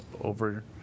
over